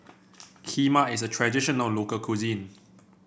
kheema is a traditional local cuisine